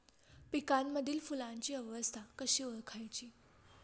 पिकांमधील फुलांची अवस्था कशी ओळखायची?